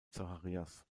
zacharias